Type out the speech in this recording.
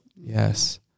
Yes